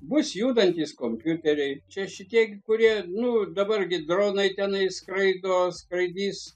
bus judantys kompiuteriai čia šitie gi kurie nu dabar gi dronai tenais skraido skraidys